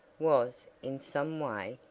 was, in some way,